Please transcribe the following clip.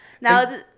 now